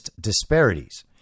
disparities